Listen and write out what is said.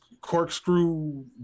corkscrew